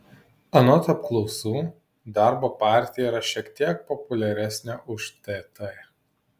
anot apklausų darbo partija yra šiek tiek populiaresnė už tt